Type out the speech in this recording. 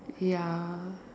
ya